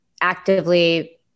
actively